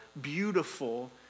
beautiful